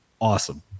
awesome